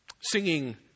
Singing